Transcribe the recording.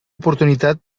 oportunitat